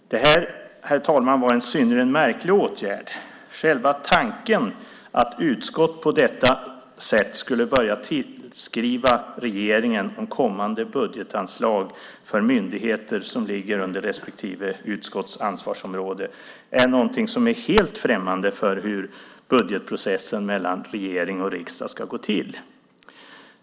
Det, herr talman, var en synnerligen märklig åtgärd. Själva tanken att utskott på detta sätt skulle börja tillskriva regeringen om kommande budgetanslag för myndigheter som ligger under respektive utskotts ansvarsområde är något som är helt främmande för hur budgetprocessen mellan regering och riksdag ska gå till.